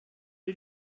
did